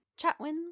Chatwin